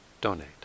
donate